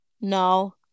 No